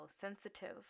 sensitive